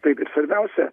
taip ir svarbiausia